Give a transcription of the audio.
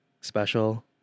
special